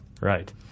Right